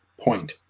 point